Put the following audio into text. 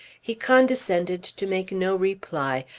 he condescended to make no reply,